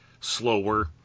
slower